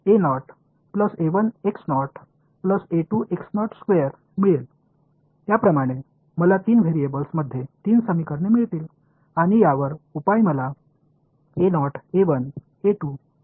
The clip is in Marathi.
तर तुम्हाला मिळेल याप्रमाणे मला तीन व्हेरिएबल्स मध्ये तीन समीकरणे मिळतील आणि यावर उपाय मला देईल बरोबर आहे